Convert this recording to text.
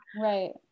right